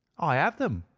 i have them,